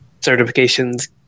Certifications